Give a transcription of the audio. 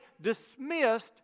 dismissed